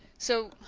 so